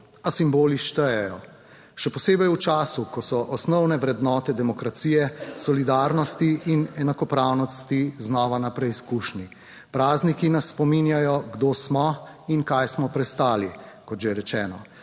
(nadaljevanje) Še posebej v času, ko so osnovne vrednote demokracije, solidarnosti in enakopravnosti znova na preizkušnji. Prazniki nas spominjajo, kdo smo in kaj smo prestali. Kot že rečeno,